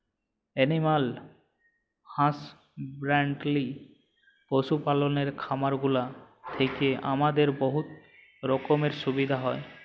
animal husbandry পশু পাললের খামারগুলা থ্যাইকে আমাদের বহুত রকমের সুবিধা হ্যয়